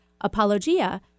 apologia